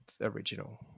original